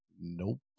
Nope